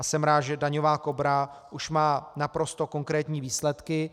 Jsem rád, že daňová Kobra už má naprosto konkrétní výsledky.